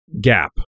gap